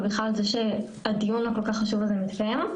ובכלל על זה שהדיון הכל-כך חשוב הזה מתקיים.